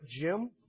Jim